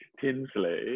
tinsley